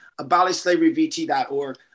abolishslaveryvt.org